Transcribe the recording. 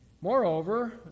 Moreover